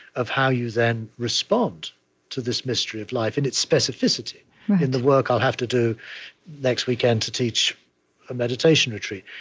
of how you then respond to this mystery of life in its specificity in the work i'll have to do next weekend, to teach a meditation retreat.